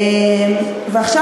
ועכשיו,